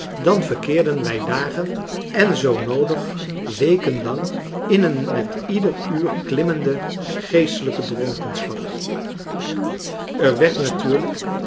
dan verkeerden wij dagen en zoo noodig weken lang in een met ieder uur klimmende geestelijke dronkenschap er werd natuurlijk